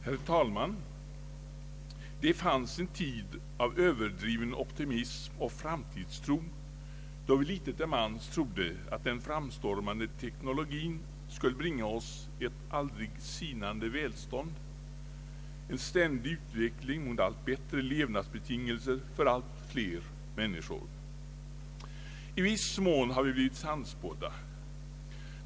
Herr talman! Det fanns en tid av överdriven optimism och framtidstro, då vi litet till mans trodde att den framstormande teknologin skulle bringa oss ett aldrig sinande välstånd, en ständig utveckling mot allt bättre levnadsbetingelser för allt fler människor. I viss mån har vi blivit sannspådda.